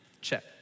check